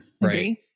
right